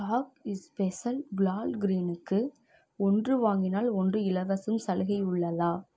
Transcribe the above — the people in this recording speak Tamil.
காக் இஸ்பெஷல் குலால் க்ரீனுக்கு ஒன்று வாங்கினால் ஒன்று இலவசம் சலுகை உள்ளதா